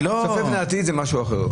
צופה פני עתיד זה משהו אחר.